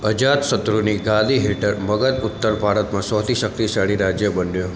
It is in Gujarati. અજાતશત્રુની ગાદી હેઠળ મગધ ઉત્તર ભારતમાં સૌથી શક્તિશાળી રાજ્ય બન્યું